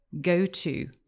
go-to